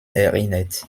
erinnert